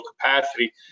capacity